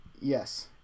Yes